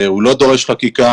הוא לא דורש חקיקה.